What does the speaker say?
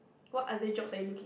what other jobs are you looking